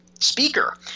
speaker